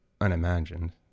unimagined